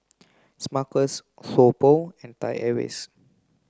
Smuckers So Pho and Thai Airways